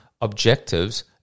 objectives